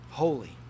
holy